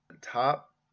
Top